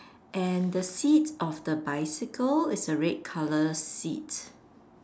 and the seat of the bicycle is a red color seat